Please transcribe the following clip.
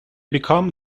become